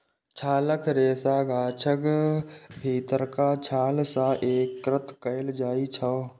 छालक रेशा गाछक भीतरका छाल सं एकत्र कैल जाइ छै